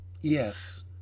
Yes